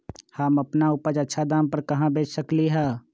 हम अपन उपज अच्छा दाम पर कहाँ बेच सकीले ह?